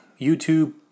YouTube